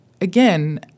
again